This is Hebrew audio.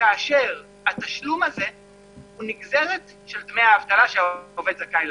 כאשר התשלום הזה הוא נגזרת של דמי האבטלה שהעובד זכאי להם.